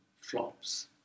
flops